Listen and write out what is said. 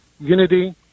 unity